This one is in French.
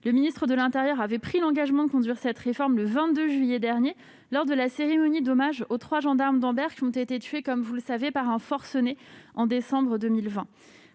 Le ministre de l'intérieur avait pris l'engagement de conduire cette réforme, le 22 juillet dernier, lors d'une cérémonie d'hommage aux trois gendarmes d'Ambert tués par un forcené en décembre 2020.